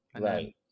Right